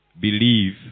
believe